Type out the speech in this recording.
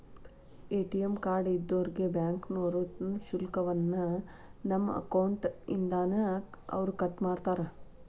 ATM card ಇದ್ದೋರ್ಗೆ ಬ್ಯಾಂಕ್ನೋರು ಶುಲ್ಕವನ್ನ ನಮ್ಮ ಅಕೌಂಟ್ ಇಂದಾನ ಅವ್ರ ಕಟ್ಮಾಡ್ತಾರ